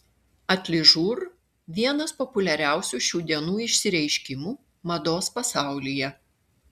atližur vienas populiariausių šių dienų išsireiškimų mados pasaulyje